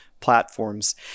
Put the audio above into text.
platforms